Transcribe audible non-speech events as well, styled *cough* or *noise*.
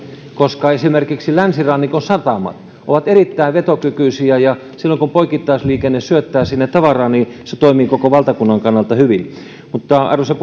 koska esimerkiksi länsirannikon satamat ovat erittäin vetokykyisiä ja silloin kun poikittaisliikenne syöttää sinne tavaraa niin se toimii koko valtakunnan kannalta hyvin mutta arvoisa *unintelligible*